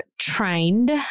trained